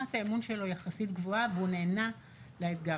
רמת האמון שלו יחסית גבוהה והוא נענה לאתגר.